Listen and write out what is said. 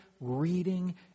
reading